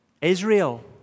Israel